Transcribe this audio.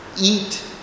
eat